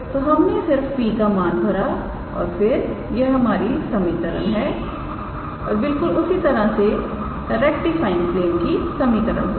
तो हमने सिर्फ P का मान भरा और फिर यह हमारी समीकरण है और बिल्कुल उसी तरह से रेक्टिफाइंग प्लेन की समीकरण होगी